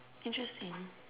interesting